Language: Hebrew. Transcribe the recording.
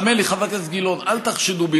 האמן לי, חבר הכנסת גילאון, אל תחשדו בי.